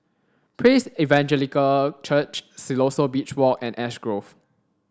Praise Evangelical Church Siloso Beach Walk and Ash Grove